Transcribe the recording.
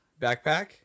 backpack